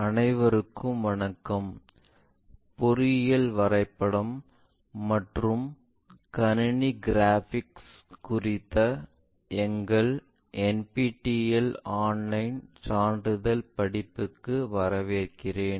அனைவருக்கும் வணக்கம் பொறியியல் வரைபடம் மற்றும் கணினி கிராபிக்ஸ் குறித்த எங்கள் NPTEL ஆன்லைன் சான்றிதழ் படிப்புகளுக்கு வரவேற்கிறேன்